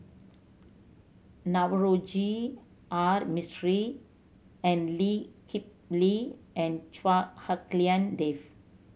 Navroji R Mistri and Lee Kip Lee and Chua Hak Lien Dave